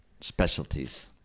specialties